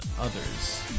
others